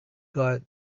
got